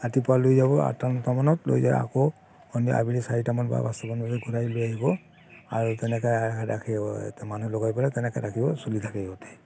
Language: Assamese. ৰাতিপুৱা লৈ যাব আঠটা নটা মানত লৈ যাই আকৌ সন্ধিয়া আবেলি চাৰিটামান পাঁচটামান বজাত ঘূৰাই লৈ আহিব আৰু তেনেকৈ ৰাখিব মানুহ লগাই পেলাই তেনেকৈ ৰাখিব চলি থাকে গোটেই